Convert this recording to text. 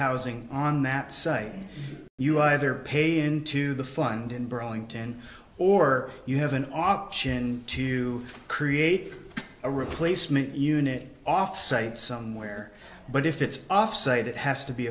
housing on that site you either pay into the fund in burlington or you have an option to create a replacement unit off site somewhere but if it's off say that has to be